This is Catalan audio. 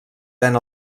ven